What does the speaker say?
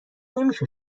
نمیشه